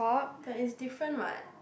but is different what